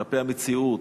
כלפי המציאות,